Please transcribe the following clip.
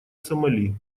сомали